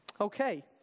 Okay